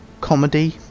comedy